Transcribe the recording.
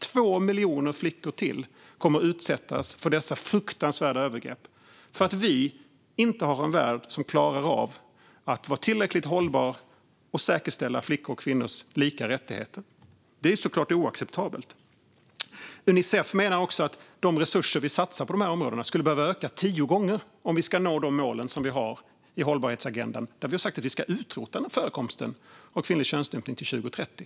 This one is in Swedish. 2 miljoner flickor till kommer att utsättas för dessa fruktansvärda övergrepp, för att vi har en värld som inte klarar av att vara tillräckligt hållbar och säkerställa flickors och kvinnors lika rättigheter. Det är såklart oacceptabelt. Unicef menar också att de resurser som vi satsar på området skulle behöva öka tio gånger om vi ska nå målet i hållbarhetsagendan att vi ska utrota förekomsten av kvinnlig könsstympning till 2030.